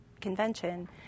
convention